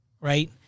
right